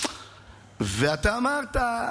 אתה אמרת,